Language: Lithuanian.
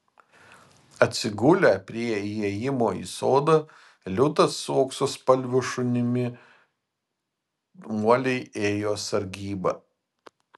atsigulę prie įėjimo į sodą liūtas su auksaspalviu šunimi uoliai ėjo sargybą